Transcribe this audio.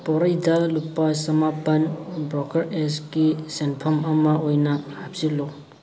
ꯄꯣꯔꯩꯗ ꯂꯨꯄꯥ ꯆꯃꯥꯄꯟ ꯕ꯭ꯔꯣꯀꯔ ꯑꯦꯖꯀꯤ ꯁꯦꯟꯐꯃ ꯑꯃ ꯑꯣꯏꯅ ꯍꯥꯞꯆꯤꯜꯂꯨ